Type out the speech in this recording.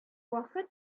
вакыт